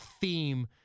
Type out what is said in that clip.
theme